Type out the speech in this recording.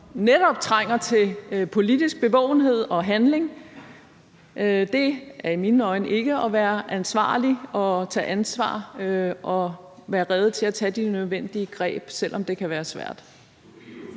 netop trænger til politisk bevågenhed og handling. For det er i mine øjne ikke at være ansvarlig og at tage ansvar og være rede til at tage de nødvendige greb, selv om det kan være svært.